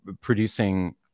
producing